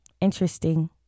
interesting